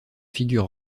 figure